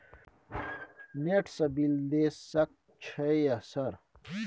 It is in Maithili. नेट से बिल देश सक छै यह सर?